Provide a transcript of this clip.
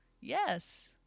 yes